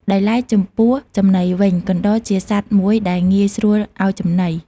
ដោយឡែកចំពោះចំណីវិញ កណ្តុរជាសត្វមួយដែលងាយស្រួលឱ្យចំណី។